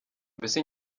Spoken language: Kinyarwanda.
mbese